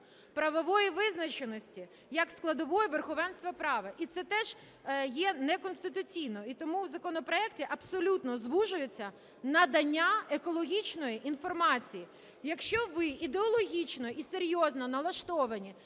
правової визначеності як складової верховенства права. І це теж є неконституційно. І тому в законопроекті абсолютно звужується надання екологічної інформації. Якщо ви ідеологічно і серйозно налаштовані